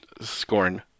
scorn